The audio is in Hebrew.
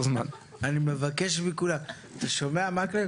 בשלב ראשון אנחנו אכן מציעים להחיל אותם רק על שלושה בתי דין,